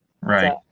right